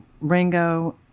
Ringo